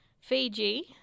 Fiji